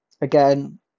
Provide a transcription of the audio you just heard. again